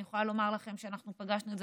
אני יכולה לומר לכם שאנחנו פגשנו את זה